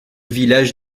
village